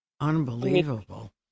Unbelievable